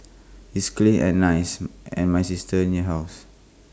it's clean and nice and my sister near house